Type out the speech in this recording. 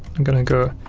i'm gonna go